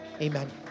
Amen